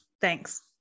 thanks